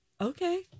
Okay